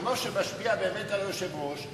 כמו שמשפיע היושב-ראש,